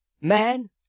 man